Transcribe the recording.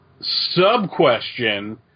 sub-question